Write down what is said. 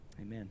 amen